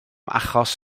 achos